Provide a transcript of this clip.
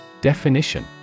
Definition